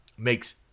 makes